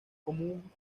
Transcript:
común